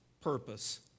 purpose